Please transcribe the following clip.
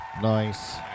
Nice